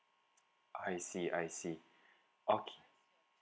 I see I see okay